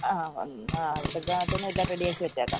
ആ അപ്പോഴത്തേക്ക് തന്നെയെല്ലാം റെഡിയാക്കി വെച്ചേക്കാം